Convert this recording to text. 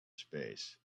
space